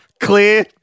Clear